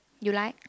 you like